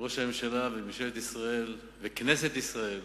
ראש הממשלה וממשלת ישראל וכנסת ישראל